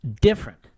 different